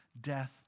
death